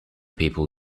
people